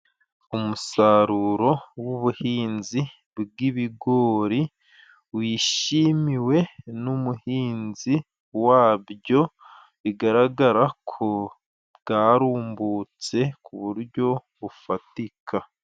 Imusaruro w'ubuhinzi bw'ibigori wishimiwe n'umuhinzi wabyo, bigaragara ko bwarumbutse ku buryo bufatika.